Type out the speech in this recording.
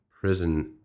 prison